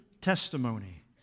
testimony